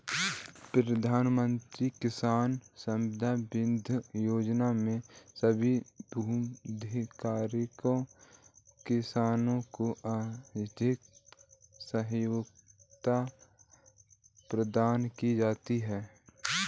प्रधानमंत्री किसान सम्मान निधि योजना में सभी भूधारक किसान को आर्थिक सहायता प्रदान की जाती है